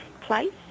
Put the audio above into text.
place